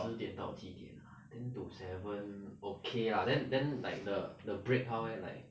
十点到七点 ah ten to seven okay lah then then like the the break how leh like